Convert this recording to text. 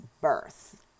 birth